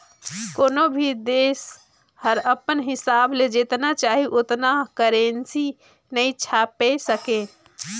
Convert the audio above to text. कोनो भी देस हर अपन हिसाब ले जेतना चाही ओतना करेंसी नी छाएप सके